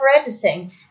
editing